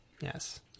Yes